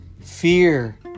Fear